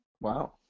Wow